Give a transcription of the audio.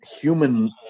human